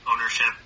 ownership